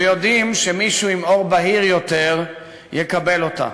ויודעים שמישהו עם עור בהיר יותר יקבל אותה,